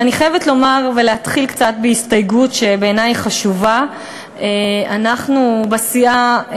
אבל אני חייבת לומר ולהתחיל בהסתייגות שבעיני היא חשובה: אנחנו בסיעה,